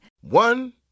One